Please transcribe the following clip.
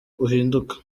uhinduka